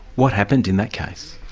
what happened in that case?